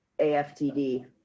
AFTD